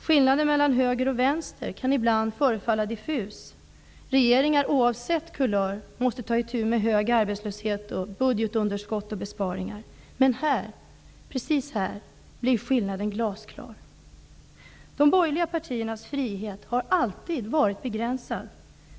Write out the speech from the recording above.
Skillnaden mellan höger och vänster kan ibland förefalla diffus. Regeringen, oavsett kulör, måste ta itu med hög arbetslöshet, budgetunderskott och besparingar. Men här, precis här, blir skillnaden glasklar. Den frihet som de borgerliga partierna talar om har alltid varit begränsad.